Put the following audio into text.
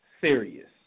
serious